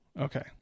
Okay